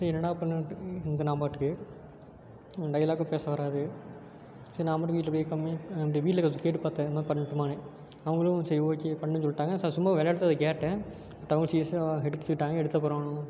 சரி என்னடா பண்ணட்டும் இருந்தேன் நான் பாட்டுக்கு டயலாக்கும் பேச வராது சரி நான் மட்டும் வீட்டில் போய் கம்மியாக அப்படியே வீட்டில் கொஞ்சம் கேட்டுப் பார்த்தேன் இது மாதிரி பண்ணட்டுமானு அவங்களும் சரி ஓகே பண்ணு சொல்லிட்டாங்க ச சும்மா விளையாட்டுக்குத் தான் அதை கேட்டேன் பட் அவங்க சீரியஸாக எடுத்துக்கிட்டாங்க எடுத்து அப்புறம்